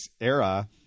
era